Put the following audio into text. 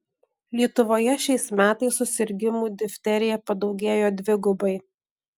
lietuvoje šiais metais susirgimų difterija padaugėjo dvigubai